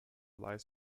lies